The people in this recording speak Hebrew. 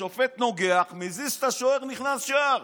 השופט נוגח, מזיז את השוער, נכנס שער.